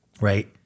right